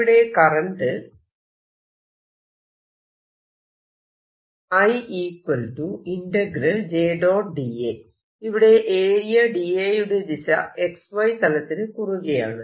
ഇവിടെ കറന്റ് ഇവിടെ area da യുടെ ദിശ XY തലത്തിന് കുറുകെയാണ്